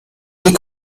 die